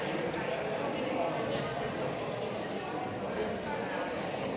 Tak